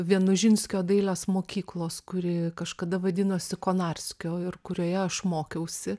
vienožinskio dailės mokyklos kuri kažkada vadinosi konarskio ir kurioje aš mokiausi